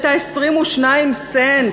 הייתה 22 סנט.